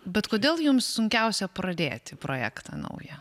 bet kodėl jums sunkiausia pradėti projektą naują